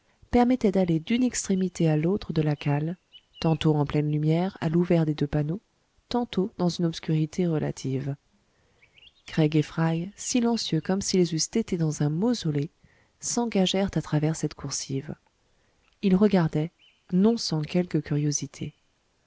permettait d'aller d'une extrémité à l'autre de la cale tantôt en pleine lumière à l'ouvert des deux panneaux tantôt dans une obscurité relative craig et fry silencieux comme s'ils eussent été dans un mausolée s'engagèrent à travers cette coursive ils regardaient non sans quelque curiosité